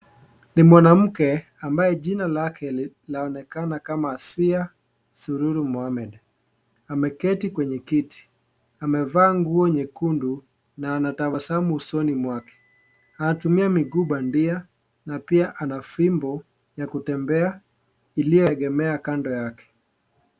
Ni mwanamke ambaye jina lake laonekana kama Asiya Sururu Mohammed ameketi kwenye kiti amevaa nguo nyekundu na anatabasamu usoni mwake , anatumia miguu bandia na pia ana fimbo ya kutembea iliyoegemea kando yake.